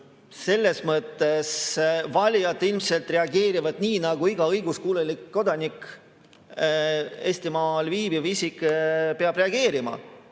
Selles mõttes valijad ilmselt reageerivad nii nagu iga õiguskuulelik kodanik, Eestimaal viibiv isik peab reageerima.